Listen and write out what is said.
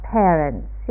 parents